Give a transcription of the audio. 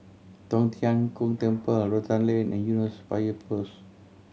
Tong Tien Kung Temple Rotan Lane and Eunos Fire Post